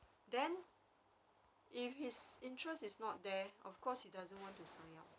then if his interest is not there of course he doesn't want to sign up